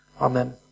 amen